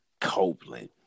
copeland